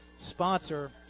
sponsor